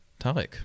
Tarek